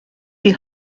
die